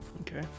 okay